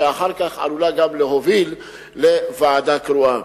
שאחר כך עלולה גם להוביל לוועדה קרואה.